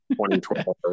2012